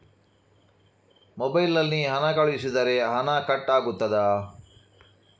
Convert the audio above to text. Mobile ನಲ್ಲಿ ಹಣ ಕಳುಹಿಸಿದರೆ ಹಣ ಕಟ್ ಆಗುತ್ತದಾ?